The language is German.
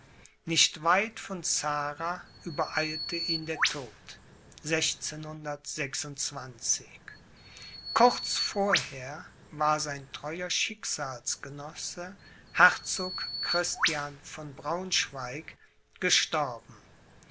nicht weit von zara übereilte ihn der tod kurz vorher war sein treuer schicksalsgenosse herzog christian von braunschweig gestorben